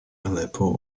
aleppo